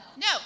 No